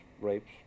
rapes